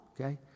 okay